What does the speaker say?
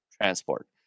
transport